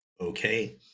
okay